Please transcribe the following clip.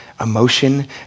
emotion